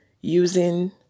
using